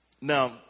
Now